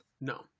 no